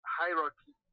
hierarchy